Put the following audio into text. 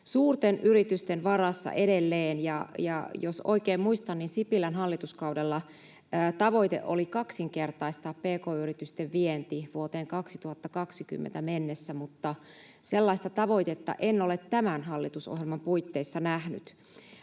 suurten yritysten varassa edelleen. Ja jos oikein muistan, niin Sipilän hallituskaudella tavoite oli kaksinkertaistaa pk-yritysten vienti vuoteen 2020 mennessä, mutta sellaista tavoitetta en ole tämän hallitusohjelman puitteissa nähnyt.